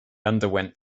underwent